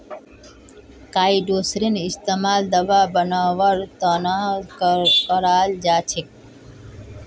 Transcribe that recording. काईटोसनेर इस्तमाल दवा बनव्वार त न कराल जा छेक